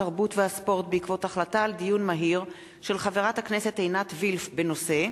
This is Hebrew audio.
התרבות והספורט בעקבות דיון מהיר בהצעתה של חברת הכנסת עינת וילף בנושא: